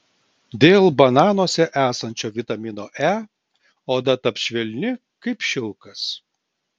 dėl bananuose esančio vitamino e oda taps švelni kaip šilkas